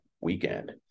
weekend